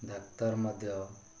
doctor ମଧ୍ୟ